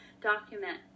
document